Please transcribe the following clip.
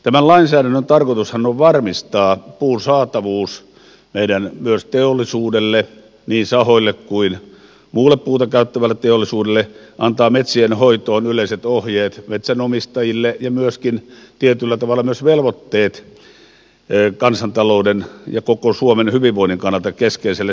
tämän lainsäädännön tarkoitushan on varmistaa puun saatavuus myös meidän teollisuudelle niin sahoille kuin muulle puuta käyttävälle teollisuudelle antaa metsien hoitoon yleiset ohjeet metsänomistajille ja myöskin tietyllä tavalla velvoitteet kansantalouden ja koko suomen hyvinvoinnin kannalta keskeiselle sektorille